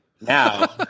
now